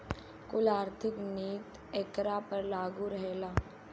कुल आर्थिक नीति एकरा पर लागू रहेला